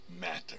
matter